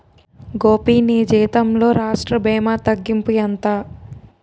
గోపీ నీ జీతంలో రాష్ట్ర భీమా తగ్గింపు ఎంత